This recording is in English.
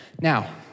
Now